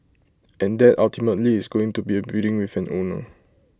and that ultimately is going to be A building with an owner